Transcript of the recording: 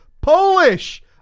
Polish